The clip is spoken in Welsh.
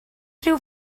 rhyw